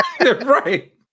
Right